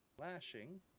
lashing